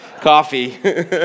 coffee